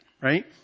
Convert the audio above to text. right